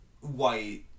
white